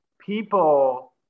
people